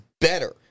better